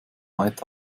weit